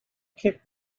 kicked